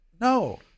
no